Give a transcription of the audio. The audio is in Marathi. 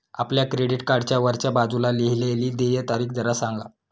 आपल्या क्रेडिट कार्डच्या वरच्या बाजूला लिहिलेली देय तारीख जरा सांगा